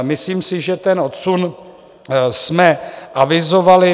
Myslím si, že ten odsun jsme avizovali.